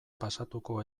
pasatuko